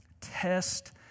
test